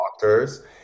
doctors